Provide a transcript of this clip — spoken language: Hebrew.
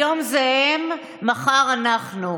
היום זה הם, מחר, אנחנו.